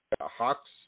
Hawks